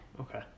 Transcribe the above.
Okay